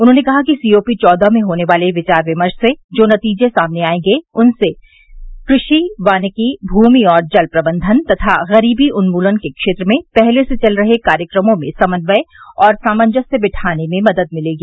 उन्होंने कहा कि सी ओ पी चौदह में होने वाले विचार विमर्श से जो नतीजे सामने आएंगे उनसे कृषि वानिकी भूमि और जल प्रबंधन तथा गरीबी उन्मूलन के क्षेत्र में पहले से चल रहे कार्यक्रमों में समन्वय और सामंजस्य बिठाने में मदद मिलेगी